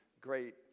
great